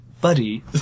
buddy